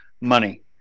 money